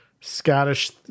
Scottish